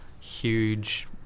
huge